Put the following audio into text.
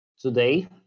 today